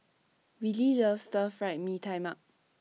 Wiley loves Stir Fried Mee Tai Mak